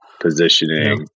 positioning